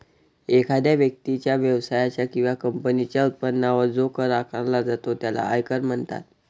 एखाद्या व्यक्तीच्या, व्यवसायाच्या किंवा कंपनीच्या उत्पन्नावर जो कर आकारला जातो त्याला आयकर म्हणतात